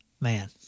Man